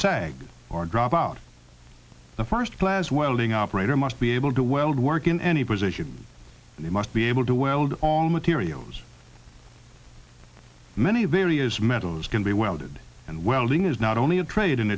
sag or drop out the first class welding operator must be able to weld work in any position they must be able to weld all materials many various metals can be welded and welding is not only a trade in